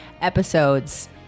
episodes